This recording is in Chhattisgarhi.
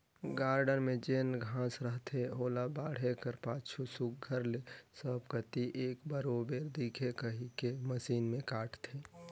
गारडन में जेन घांस रहथे ओला बाढ़े कर पाछू सुग्घर ले सब कती एक बरोबेर दिखे कहिके मसीन में काटथें